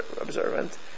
observant